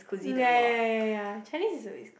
ya ya ya ya Chinese is uh